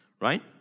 right